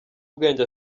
ubwenge